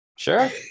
sure